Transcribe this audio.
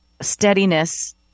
steadiness